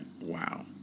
Wow